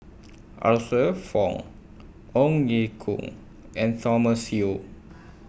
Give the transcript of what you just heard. Arthur Fong Ong Ye Kung and Thomas Yeo